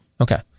Okay